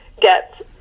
get